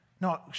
No